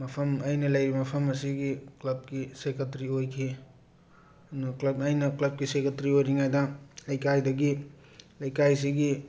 ꯃꯐꯝ ꯑꯩꯅ ꯂꯩꯔꯤꯕ ꯃꯐꯝ ꯑꯁꯤꯒꯤ ꯀ꯭ꯂꯕꯀꯤ ꯁꯦꯀꯦꯇꯔꯤ ꯑꯣꯏꯈꯤ ꯑꯩꯅ ꯀ꯭ꯂꯕꯀꯤ ꯁꯦꯀꯦꯇꯔꯤ ꯑꯣꯏꯔꯤꯉꯩꯗ ꯂꯩꯀꯥꯏꯗꯒꯤ ꯂꯩꯀꯥꯏꯁꯤꯒꯤ